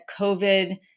COVID